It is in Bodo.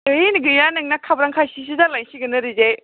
है गैया नोंना खाब्रां खासिसो जालायसिगोन ओरैजाय